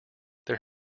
there